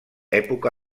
època